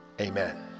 amen